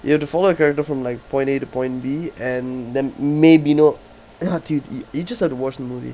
you have to follow the character from like point A to point B and there may be no you have to you you just have to watch the movie